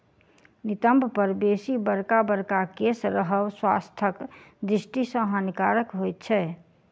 नितंब पर बेसी बड़का बड़का केश रहब स्वास्थ्यक दृष्टि सॅ हानिकारक होइत छै